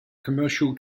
commercial